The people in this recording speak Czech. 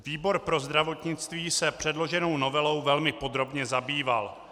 Výbor pro zdravotnictví se předloženou novelou velmi podrobně zabýval.